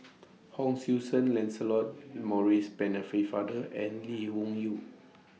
Hon Sui Sen Lancelot Maurice Penne Father and Lee Wung Yew